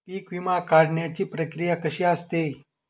पीक विमा काढण्याची प्रक्रिया कशी असते?